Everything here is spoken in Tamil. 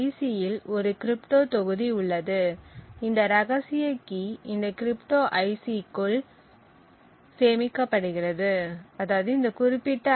சி இல் ஒரு கிரிப்டோ தொகுதி உள்ளது இந்த ரகசிய கீ இந்த குறிப்பிட்ட ஐ